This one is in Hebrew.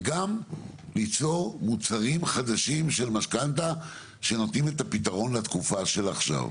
וגם ליצור מוצרים חדשים של משכנתא שנותנים את הפתרון לתקופה של עכשיו.